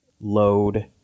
load